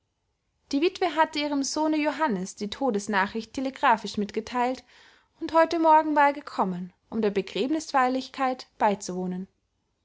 die witwe hatte ihrem sohne johannes die todesnachricht telegraphisch mitgeteilt und heute morgen war er gekommen um der begräbnisfeierlichkeit beizuwohnen